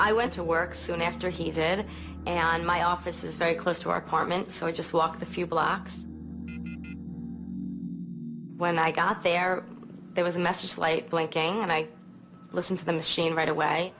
i went to work soon after he did and my office is very close to our apartment so i just walked a few blocks when i got there there was a message light blinking and i listened to the machine right away